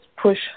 push